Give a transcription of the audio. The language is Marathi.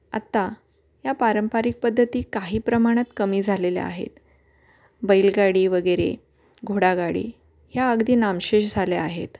आता या पारंपरिक पद्धती काही प्रमाणात कमी झालेल्या आहेत बैलगाडी वगैरे घोडागाडी ह्या अगदी नामशेष झाल्या आहेत